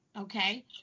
okay